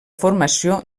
formació